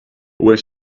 when